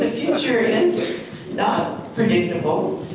future is not predictable.